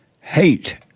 hate